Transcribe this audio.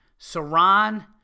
Saran